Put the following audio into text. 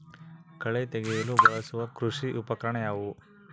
ಕಳೆ ತೆಗೆಯಲು ಬಳಸುವ ಕೃಷಿ ಉಪಕರಣ ಯಾವುದು?